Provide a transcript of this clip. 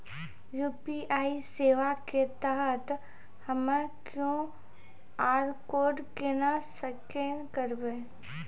UPI सेवा के तहत हम्मय क्यू.आर कोड केना स्कैन करबै?